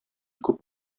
күп